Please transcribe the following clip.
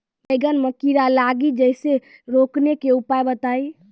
बैंगन मे कीड़ा लागि जैसे रोकने के उपाय बताइए?